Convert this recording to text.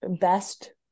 best